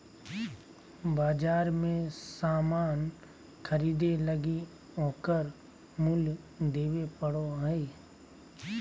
बाजार मे सामान ख़रीदे लगी ओकर मूल्य देबे पड़ो हय